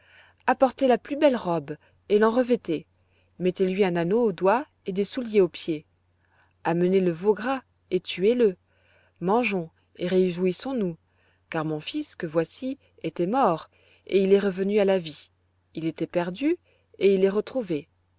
apportez la plus belle robe et l'en revêtez mettez-lui un anneau au doigt et des souliers aux pieds amenez le veau gras et tuez le mangeons et réjouissons-nous car mon fils que voici était mort et il est revenu à la vie il était perdu et il est retrouvé